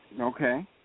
Okay